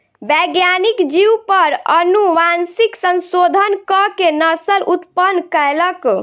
वैज्ञानिक जीव पर अनुवांशिक संशोधन कअ के नस्ल उत्पन्न कयलक